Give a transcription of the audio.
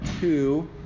two